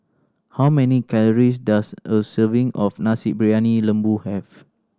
how many calories does a serving of Nasi Briyani Lembu have